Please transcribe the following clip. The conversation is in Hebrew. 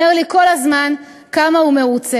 אומר לי כל הזמן כמה הוא מרוצה.